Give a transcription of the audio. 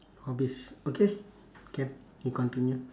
hobbies okay can we continue